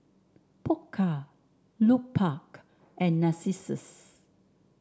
Pokka Lupark and Narcissus